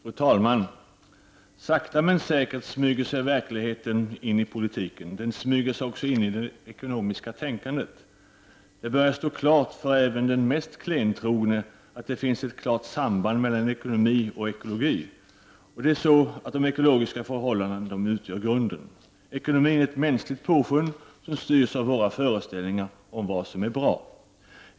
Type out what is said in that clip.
Fru talman! Sakta men säkert smyger sig verkligheten in i politiken. Den smyger sig också in i det ekonomiska tänkandet. Det börjar stå klart för även den mest klentrogne att det finns ett klart samband mellan ekonomi och ekologi. Det är de ekologiska förhållandena som utgör grunden. Ekonomin är ett mänskligt påfund som styrs av våra föreställningar om vad som är bra.